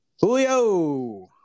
Julio